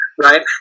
Right